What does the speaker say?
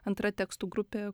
antra tekstų grupė